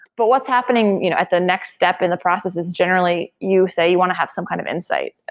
but what's happening you know at the next step in the process is generally you say you want to have some kind of insight.